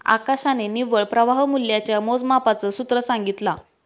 आकाशने निव्वळ प्रवाह मूल्याच्या मोजमापाच सूत्र सांगितला